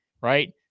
right